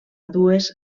dues